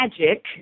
magic